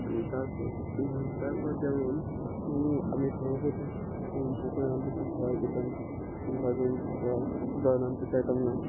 তারপর তারপর যেমন আমি সর্বপ্রথম পুকুরে নামতে খুব ভয় পেতাম ভয় পেতাম ভয় জল নামতে চাইতাম না